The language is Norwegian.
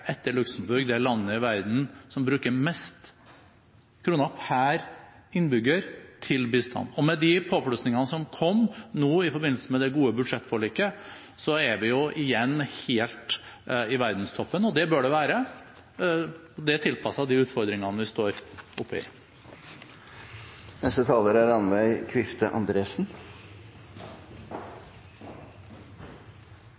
etter Luxembourg, det landet i verden som bruker mest kroner per innbygger til bistand. Med de påplussingene som kom nå i forbindelse med det gode budsjettforliket, er vi igjen helt i verdenstoppen, og det bør vi være. Det er tilpasset de utfordringene vi står oppe i.